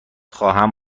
خواهم